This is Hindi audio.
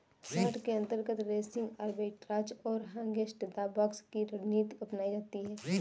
शार्ट के अंतर्गत रेसिंग आर्बिट्राज और अगेंस्ट द बॉक्स की रणनीति अपनाई जाती है